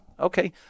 Okay